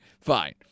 fine